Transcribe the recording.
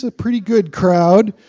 ah pretty good crowd.